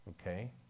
Okay